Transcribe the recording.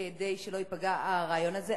כדי שלא ייפגע הרעיון הזה,